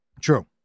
True